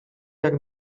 jak